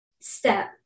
step